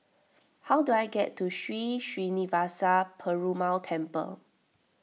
how do I get to Sri Srinivasa Perumal Temple